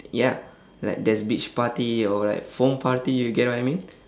ya like there's beach party or like foam party you get what I mean